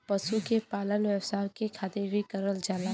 पशु के पालन व्यवसाय के खातिर भी करल जाला